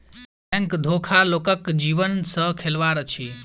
bank धोखा लोकक जीवन सॅ खेलबाड़ अछि